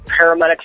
paramedics